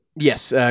Yes